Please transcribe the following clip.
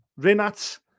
Rinat